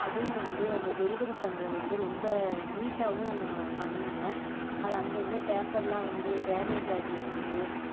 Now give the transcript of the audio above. அதுவும் வந்து அந்த டெலிவரி பண்ணுறது வந்து ரொம்ப நீட்டாகவும் அவங்க பண்ணலை அதில் அங்கங்கே பேப்பர்லாம் வந்து டேமேஜாகியிருந்தது